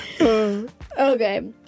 Okay